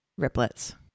riplets